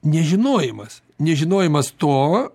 nežinojimas nežinojimas to